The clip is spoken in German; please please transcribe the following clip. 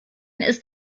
ist